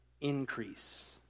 Increase